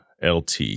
LT